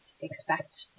expect